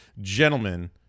Gentlemen